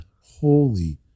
holy